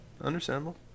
Understandable